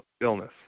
illness